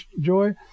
joy